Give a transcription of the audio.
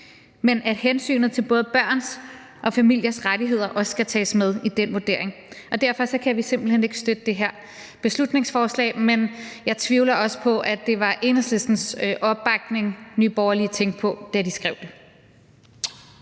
men at hensynet til både børns og familiers rettigheder også skal tages med i den vurdering. Derfor kan vi simpelt hen ikke støtte det her beslutningsforslag. Jeg tvivler også på, at det var Enhedslistens opbakning, Nye Borgerlige tænkte på, da de skrev det.